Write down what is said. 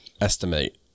estimate